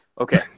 okay